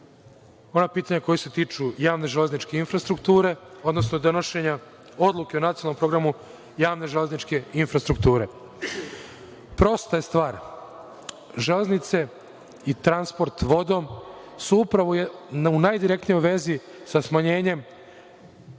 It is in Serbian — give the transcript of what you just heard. par pitanja koja se tiču javne železničke infrastrukture, odnosno donošenja odluke o Nacionalnom programu javne železničke infrastrukture. Prosta je stvar, železnice i transport vodom su upravo u najdirektnijoj vezi sa smanjenjem